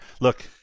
look